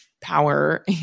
power